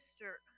Mister